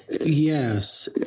Yes